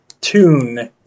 tune